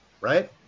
Right